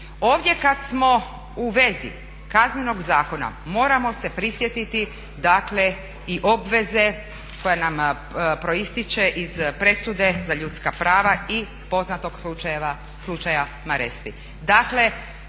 Ovdje kad smo u vezi Kaznenog zakona moramo se prisjetiti dakle i obveze koja nam proistječe iz presude za ljudska prava i poznatog slučaja Maresti